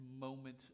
moment